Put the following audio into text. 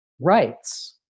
rights